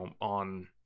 on